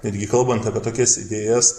netgi kalbant apie tokias idėjas